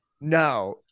No